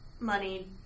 money